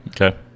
Okay